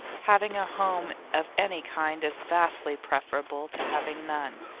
having a home of any kind is vastly preferable to having none.